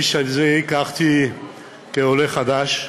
את האיש הזה הכרתי כעולה חדש.